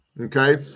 Okay